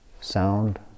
sound